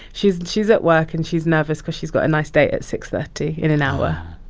she's she's at work, and she's nervous cause she's got a nice date at six thirty in an hour oh.